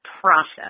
process